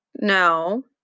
No